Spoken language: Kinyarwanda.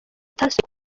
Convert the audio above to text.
kwezi